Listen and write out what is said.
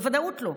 בוודאות לא.